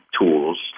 tools